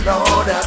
Lord